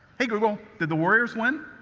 hey google. did the warriors win?